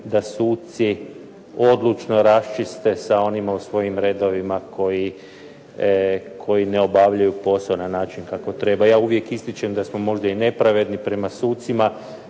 da suci odlučno raščiste sa onima u svojim redovima koji ne obavljaju posao na način kako treba. Ja uvijek ističem da smo možda i nepravedni prema sucima.